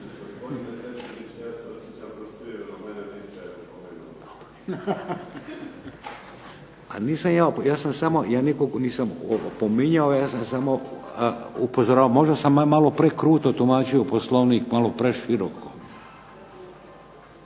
ja sam samo upozoravao. Možda sam malo prekruto tumačio Poslovnik, malo preširoko.